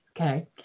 okay